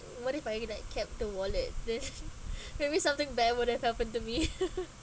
what if I going to kept the wallet then maybe something bad would have happened to me